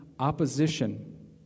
Opposition